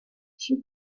she